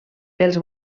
pels